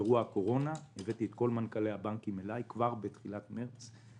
אירוע הקורונה - הבאתי את כל מנכ"לי הבנקים כבר בתחילת מרץ.